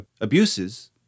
abuses